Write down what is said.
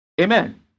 Amen